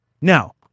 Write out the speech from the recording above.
now